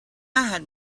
had